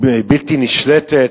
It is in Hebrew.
בלתי נשלטת.